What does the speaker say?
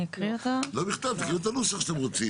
לא מכתב, תקריאו את הנוסח שאתם רוצים.